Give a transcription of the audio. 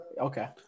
Okay